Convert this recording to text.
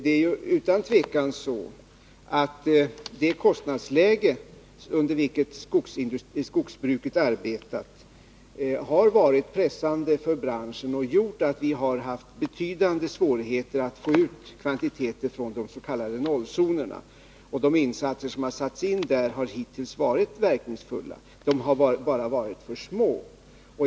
Utan tvivel har det kostnadsläge under vilket skogsbruket arbetat varit pressande för branschen och gjort att vi har haft betydande svårigheter att få ut kvantiteter från de s.k. 0-zonerna. De insatser som har gjorts här har hittills varit verkningsfulla — de har bara varit för små.